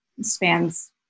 spans